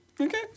Okay